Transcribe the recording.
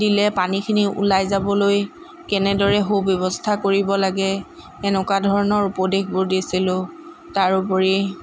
দিলে পানীখিনি ওলাই যাবলৈ কেনেদৰে সু ব্যৱস্থা কৰিব লাগে এনেকুৱা ধৰণৰ উপদেশবোৰ দিছিলোঁ তাৰোপৰি